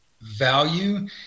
Value